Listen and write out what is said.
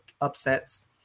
upsets